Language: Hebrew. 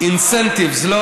incentives, בבחינות.